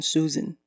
Susan，